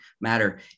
matter